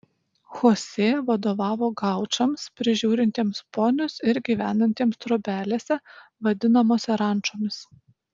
chosė vadovavo gaučams prižiūrintiems ponius ir gyvenantiems trobelėse vadinamose rančomis